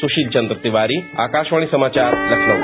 सुशील चंद्र तिवारी आकाशवाणी समाचार लखनऊ